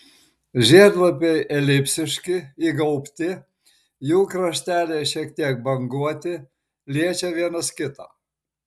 žiedlapiai elipsiški įgaubti jų krašteliai šiek tiek banguoti liečia vienas kitą